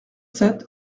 sept